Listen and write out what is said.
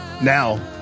Now